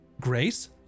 Grace